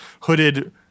hooded –